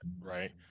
right